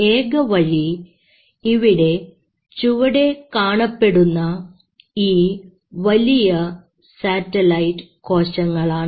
ഏക വഴി ഇവിടെ ചുവടെ കാണപ്പെടുന്ന ഈ വലിയ സാറ്റലൈറ്റ് കോശങ്ങളാണ്